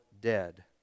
dead